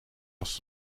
last